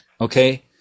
okay